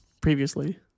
previously